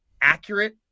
accurate